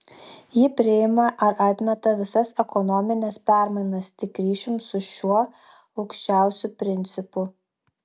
ji priima ar atmeta visas ekonomines permainas tik ryšium su šiuo aukščiausiu principu